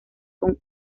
con